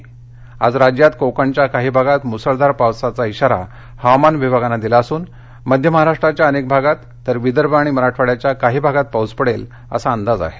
तर आज राज्यात कोकणच्या काही भागात मुसळधार पावसाचा इशारा हवामान विभागानं दिला असुन मध्य महाराष्ट्राच्या अनेक भागात तर विदर्भ आणि मराठवाड्याच्या काही भागात पाऊस पडेल असा अंदाज आहे